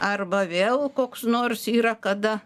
arba vėl koks nors yra kada